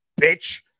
Bitch